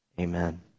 amen